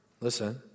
Listen